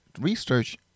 research